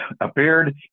appeared